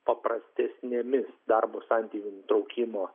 paprastesnėmis darbo santykių nutraukimo